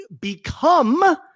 become